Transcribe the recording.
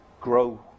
grow